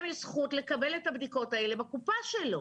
יש זכות לקבל את הבדיקות האלה בקופה שלו?